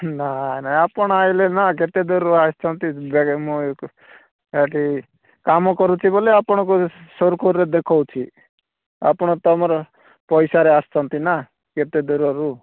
ନାହିଁ ନାହିଁ ଆପଣ ଆସିଲେ ନା କେତେ ଦୂରରୁ ଆସିଛନ୍ତି ଦେଖେ ମୋ ଇଏକୁ ଏଇଠି କାମ କରୁଛି ବୋଲେ ଆପଣଙ୍କୁ ସୁରୁଖୁରୁରେ ଦେଖାଉଛି ଆପଣ ତମର ପଇସାରେ ଆସୁଛନ୍ତି ନା କେତେଦୂରରୁ